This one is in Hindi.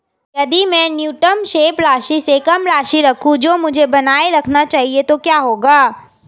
यदि मैं न्यूनतम शेष राशि से कम राशि रखूं जो मुझे बनाए रखना चाहिए तो क्या होगा?